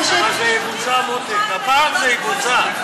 הפעם זה יבוצע.